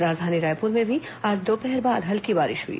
राजधानी रायपुर में भी आज दोपहर बाद हल्की बारिश हुई